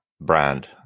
brand